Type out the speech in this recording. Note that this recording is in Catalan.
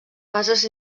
fases